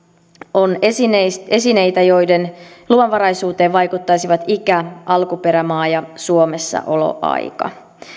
on esineitä esineitä joiden luvanvaraisuuteen vaikuttaisivat ikä alkuperämaa ja suomessa oloaika